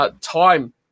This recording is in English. time